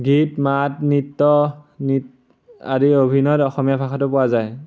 গীত মাত নৃত্য নৃত আদি অভিনয়ত অসমীয়া ভাষাটো পোৱা যায়